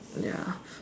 ya